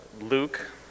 Luke